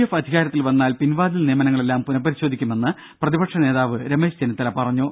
F അധികാരത്തിൽ വന്നാൽ പിൻവാതിൽ നിയമനങ്ങളെല്ലാം പുനപരിശോധിക്കുമെന്ന് പ്രതിപക്ഷ നേതാവ് രമേശ് ചെന്നിത്തല പറഞ്ഞു